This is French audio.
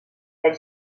elle